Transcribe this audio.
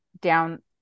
down